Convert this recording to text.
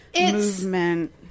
movement